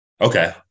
Okay